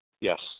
Yes